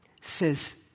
says